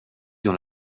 dans